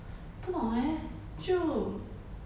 不懂诶就